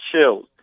chills